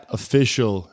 official